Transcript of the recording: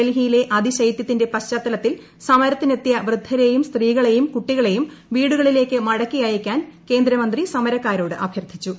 ഡൽഹിയിലെ അതി ശൈത്യത്തിന്റെ പശ്ചാത്തലത്തിൽ സമീരത്തിനെത്തിയ വൃദ്ധരെയും സ്ത്രീകളെയും കുട്ടികളെയും വീടുകളില്ലേക്ക് മടക്കി അയയ്ക്കാൻ കേന്ദ്രമന്ത്രി സമരക്കാരോട് അഭ്യർത്ഥിച്ചു